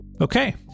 Okay